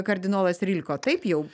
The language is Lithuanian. kardinolas rylko taip jau